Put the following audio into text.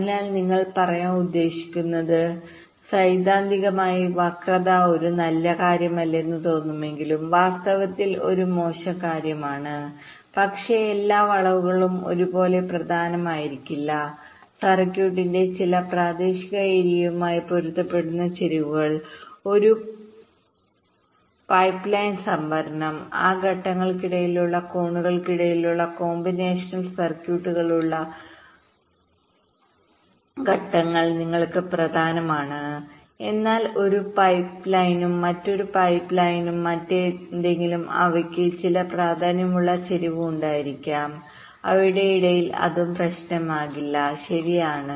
അതിനാൽ നിങ്ങൾ പറയാൻ ഉദ്ദേശിക്കുന്നത് സൈദ്ധാന്തികമായി വക്രത ഒരു നല്ല കാര്യമല്ലെന്ന് തോന്നുമെങ്കിലും വാസ്തവത്തിൽ ഒരു മോശം കാര്യമാണ് പക്ഷേ എല്ലാ വളവുകളും ഒരുപോലെ പ്രധാനമായിരിക്കില്ല സർക്യൂട്ടിന്റെ ചില പ്രാദേശിക ഏരിയയുമായി പൊരുത്തപ്പെടുന്ന ചരിവുകൾ ഒരു പൈപ്പ്ലൈൻ സംഭരണം ആ ഘട്ടങ്ങൾക്കിടയിലുള്ള കോണുകൾക്കിടയിലുള്ള കോമ്പിനേഷണൽ സർക്യൂട്ടുകളുള്ള ഘട്ടങ്ങൾ നിങ്ങൾക്ക് പ്രധാനമാണ് എന്നാൽ ഒരു പൈപ്പ്ലൈനും മറ്റൊരു പൈപ്പ്ലൈനും മറ്റേതെങ്കിലും അവയ്ക്ക് ചില പ്രാധാന്യമുള്ള ചരിവ് ഉണ്ടായിരിക്കാം അവരുടെ ഇടയിൽ അതും ഒരു പ്രശ്നമാകില്ല ശരിയാണ്